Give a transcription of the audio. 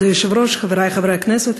כבוד היושב-ראש, חברי חברי הכנסת,